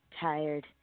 tired